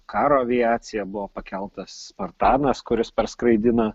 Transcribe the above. karo aviaciją buvo pakeltas spartanas kuris parskraidino